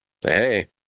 Hey